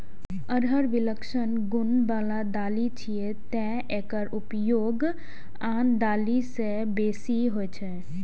अरहर विलक्षण गुण बला दालि छियै, तें एकर उपयोग आन दालि सं बेसी होइ छै